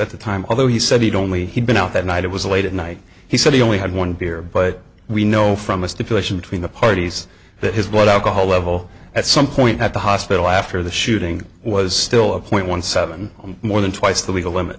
at the time although he said he'd only been out that night it was late at night he said he only had one beer but we know from a stipulation between the parties that his blood alcohol level at some point at the hospital after the shooting was still a point one seven more than twice the legal limit